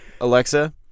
Alexa